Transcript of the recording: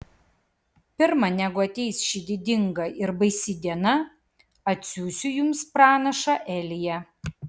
pirma negu ateis ši didinga ir baisi diena atsiųsiu jums pranašą eliją